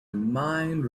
mind